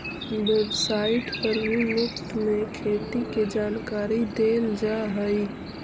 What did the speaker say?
website पर भी मुफ्त में खेती के जानकारी देल जा हई